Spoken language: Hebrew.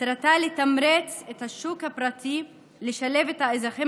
מטרתה לתמרץ את השוק הפרטי לשלב את האזרחים